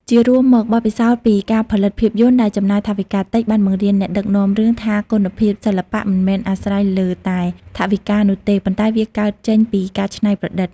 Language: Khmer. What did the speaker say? ជារួមមក បទពិសោធន៍ពីការផលិតភាពយន្តដែលចំណាយថវិកាតិចបានបង្រៀនអ្នកដឹកនាំរឿងថាគុណភាពសិល្បៈមិនមែនអាស្រ័យលើតែថវិកានោះទេ ប៉ុន្តែវាកើតចេញពីការច្នៃប្រឌិត។